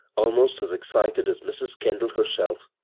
almost as excited as mrs. kendall herself,